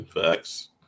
Facts